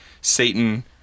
satan